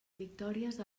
victòries